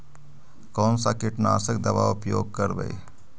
कोन सा कीटनाशक दवा उपयोग करबय?